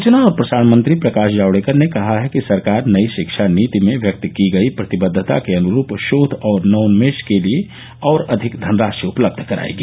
सूचना और प्रसारण मंत्री प्रकाश जावडेकर ने कहा है कि सरकार नई शिक्षा नीति में व्यक्त की गई प्रतिबद्दता के अनुरूप शोध और नवोन्मेष के लिए और अधिक धनराशि उपलब्ध करायेगी